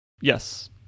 Yes